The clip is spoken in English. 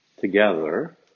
Together